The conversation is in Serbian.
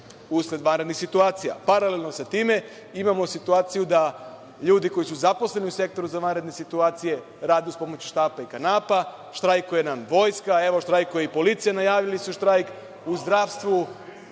usled vanrednih situacija. Paralelno sa time, imamo situaciju da ljudi koji su zaposleni u sektoru za vanredne situacije, rade uz pomoć štapa i kanapa, štrajkuje nam vojska, evo štrajkuje i policija, najavili su štrajk, u zdravstvu,